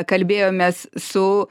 kalbėjomės su